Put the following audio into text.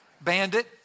Bandit